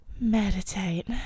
meditate